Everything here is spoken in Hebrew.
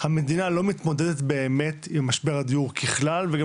המדינה לא מתמודדת באמת עם משבר הדיור ככלל וגם